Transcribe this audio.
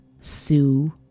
Sue